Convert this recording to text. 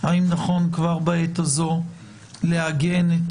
אם נכון כבר בעת הזו לעגן את